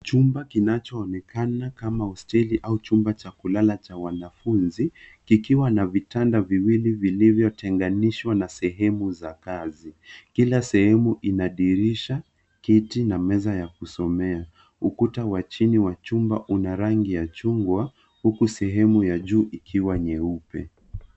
Chumba kinachoonekana kama hosteli au chumba cha kulala cha wanafunzi kikiwa na vitanda viwili vilivyotenganishwa na sehemu za kazi. Kila sehemu ina dirisha, kiti na meza ya kusomea. Ukuta wa chini wa chumba una rangi ya chungwa huku sehemu ya juu ikiwa nyeupe.